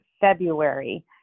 February